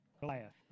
Goliath